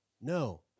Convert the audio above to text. no